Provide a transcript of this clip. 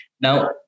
now